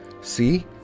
See